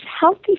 healthy